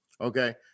Okay